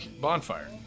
bonfire